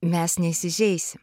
mes neįsižeisim